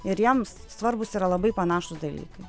ir jiems svarbūs yra labai panašūs dalykai